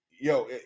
yo